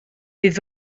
bydd